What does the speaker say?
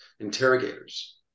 interrogators